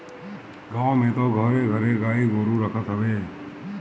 गांव में तअ घरे घरे गाई गोरु रखत हवे